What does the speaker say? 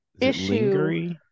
issue